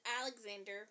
Alexander